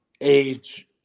age